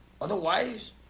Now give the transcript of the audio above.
Otherwise